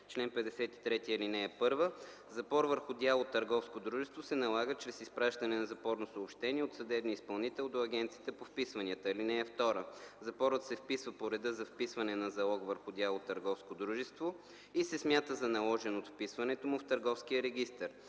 чл. 53: „Чл. 53. (1) Запор върху дял от търговско дружество се налага чрез изпращане на запорно съобщение от съдебния изпълнител до Агенцията по вписванията. (2) Запорът се вписва по реда за вписване на залог върху дял от търговско дружество и се смята за наложен от вписването му в търговския регистър.